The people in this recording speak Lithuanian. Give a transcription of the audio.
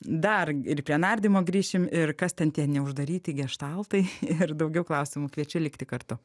dar ir prie nardymo grįšim ir kas ten tie neuždaryti geštaltai ir daugiau klausimų kviečiu likti kartu